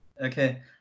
Okay